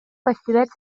көстүбэт